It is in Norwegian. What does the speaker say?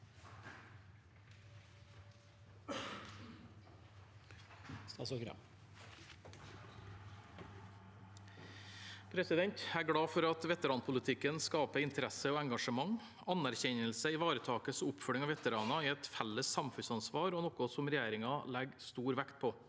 Jeg er glad for at veteranpolitikken skaper interesse og engasjement. Anerkjennelse, ivaretakelse og oppfølging av veteraner er et felles samfunnsansvar og noe regjeringen legger stor vekt på.